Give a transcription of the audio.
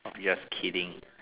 just kidding